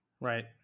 Right